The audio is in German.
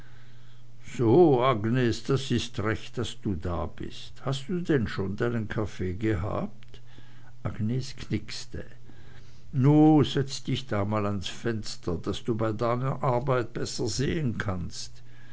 so agnes das is recht daß du da bist hast du denn schon deinen kaffee gehabt agnes knickste nu setz dich da mal ans fenster daß du bei deiner arbeit besser sehn kannst